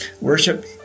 Worship